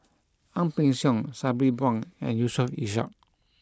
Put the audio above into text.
Ang Peng Siong Sabri Buang and Yusof Ishak